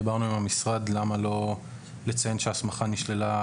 אנחנו דיברנו עם המשרד ושאלנו: למה לא לציין שההסמכה בוטלה,